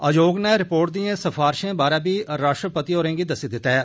आयोग नै रपोर्ट दियें सफारशें बारै बी राष्ट्रपति होरेंगी दस्सी दित्ता ऐ